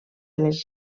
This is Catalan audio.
les